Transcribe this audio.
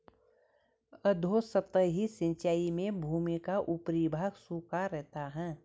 अधोसतही सिंचाई में भूमि का ऊपरी भाग सूखा रहता है